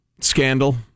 scandal